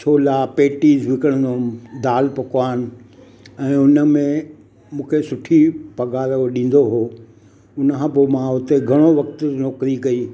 छोला patties विकिणंदो हुमि दालि पकवान ऐं हुन में मूंखे सुठी पघार उहो ॾींदो हुओ हुन खां पोइ मां हुते घणो वक़्तु नौकिरी कई